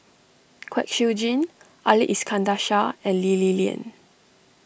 Kwek Siew Jin Ali Iskandar Shah and Lee Li Lian